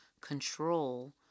control